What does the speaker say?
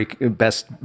best